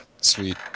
sweet